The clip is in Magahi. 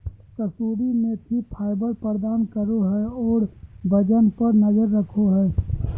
कसूरी मेथी फाइबर प्रदान करो हइ और वजन पर नजर रखो हइ